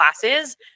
classes